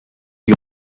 you